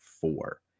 four